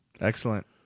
Excellent